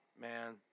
man